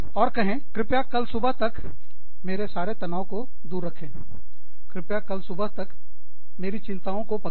और कहे कृपया कल सुबह तक मेरे सारे तनाव को दूर रखें कृपया कल तक सुबह मेरी चिंताओं को पकड़े